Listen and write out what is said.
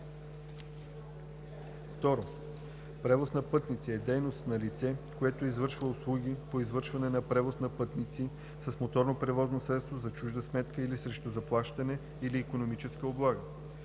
2. „Превоз на пътници“ е дейност на лице, което извършва услуги по извършване на превоз на пътници с моторно превозно средство за чужда сметка или срещу заплащане или икономическа облага.